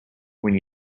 when